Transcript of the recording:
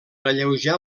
alleujar